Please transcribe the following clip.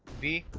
the